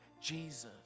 Jesus